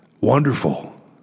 wonderful